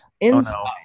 inside